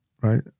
right